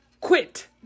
Quit